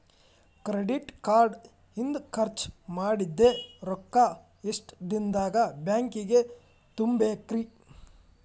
Credit card ಇಂದ್ ಖರ್ಚ್ ಮಾಡಿದ್ ರೊಕ್ಕಾ ಎಷ್ಟ ದಿನದಾಗ್ ಬ್ಯಾಂಕಿಗೆ ತುಂಬೇಕ್ರಿ?